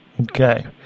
Okay